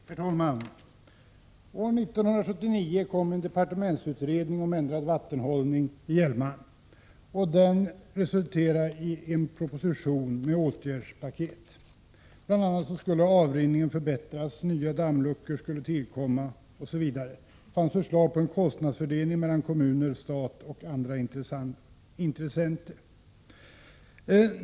Herr talman! År 1979 kom en departementsutredning om en ändring av vattenhållningen i Hjälmaren. Utredningen resulterade i en proposition med åtgärdspaket. Bl.a. skulle avrinningen förbättras, och nya dammluckor skulle tillkomma. Det fanns förslag om en kostnadsfördelning mellan kommunerna, staten och andra intressenter.